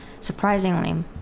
surprisingly